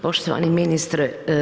Poštovani ministre.